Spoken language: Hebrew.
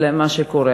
על מה שקורה.